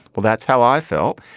well, that's how i felt.